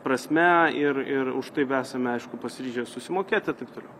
prasme ir ir už tai esame aišku pasiryžę susimokėti taip toliau